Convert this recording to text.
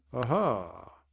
aha!